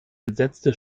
entsetzte